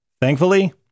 Thankfully